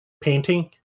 painting